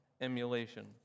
emulation